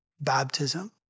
baptism